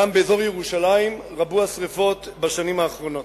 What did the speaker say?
גם באזור ירושלים רבו השרפות בשנים האחרונות.